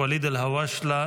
ואליד אלהואשלה,